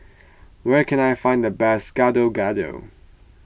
where can I find the best Gado Gado